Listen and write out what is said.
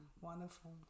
wonderful